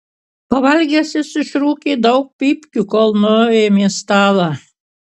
pavalgęs jis išrūkė daug pypkių kol nuėmė stalą